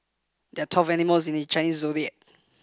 there are twelve animals in the Chinese zodiac